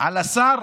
על השר.